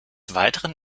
weiteren